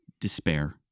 despair